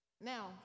Now